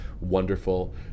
wonderful